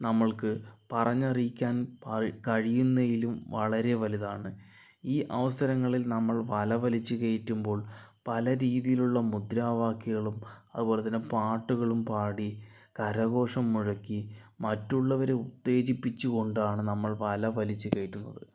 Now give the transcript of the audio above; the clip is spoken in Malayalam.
നമ്മൾക്ക് പറഞ്ഞറിയിക്കാൻ പാ കഴിയുന്നതിലും വളരെ വലുതാണ് ഈ അവസരങ്ങളിൽ നമ്മൾ വല വലിച്ചു കയറ്റുമ്പോൾ പലരീതിയിലുള്ള മുദ്രാവാക്യങ്ങളും അതുപോലെതന്നെ പാട്ടുകളും പാടി കരഘോഷം മുഴക്കി മറ്റുള്ളവരെ ഉത്തേജിപ്പിച്ച് കൊണ്ടാണ് നമ്മൾ വല വലിച്ചു കയറ്റുന്നത്